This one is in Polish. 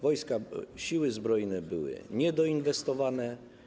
Wojska, siły zbrojne były niedoinwestowane.